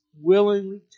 willingly